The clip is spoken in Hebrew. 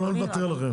אנחנו לא נוותר לכם.